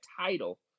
title